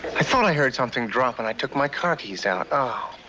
i thought i heard something drop when i took my car keys out. ah